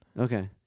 Okay